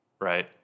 right